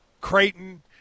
Creighton